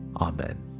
amen